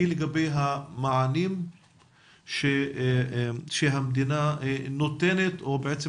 לגבי המענים שהמדינה נותנת או בעצם,